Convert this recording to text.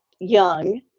young